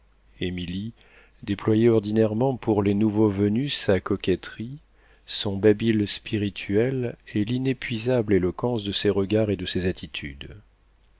émilie déployait ordinairement pour les nouveaux venus sa coquetterie son babil spirituel et l'inépuisable éloquence de ses regards et de ses attitudes